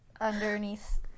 Underneath